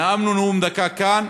נאמנו נאום בן דקה כאן,